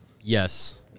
Yes